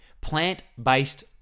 Plant-based